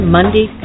Monday